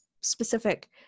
specific